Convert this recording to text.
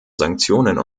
sanktionen